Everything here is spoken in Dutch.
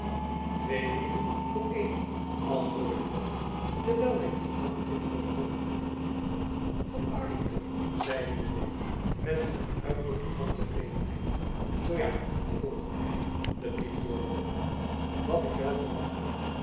twee brieven voor eenen antwoordde buat terwijl hy die aan de witt overhandigde van arlington zeide de witt met een uitdrukking van tevredenheid zoo ja vervolgde hy den brief doorloopende wat ik wel verwachtte